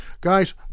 Guys